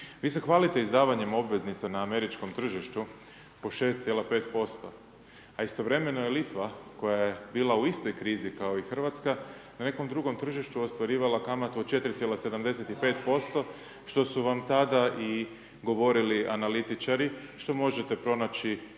Vi se hvalite izdavanjem obveznica na američkom tržištu po 6,5% a istovremeno je Litva koja je bila u istoj krizi kao i Hrvatska, na nekom drugom tržištu ostvarila kamatnu od 4,75% što su vam tada i govorili analitičari što možete pronaći